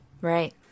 right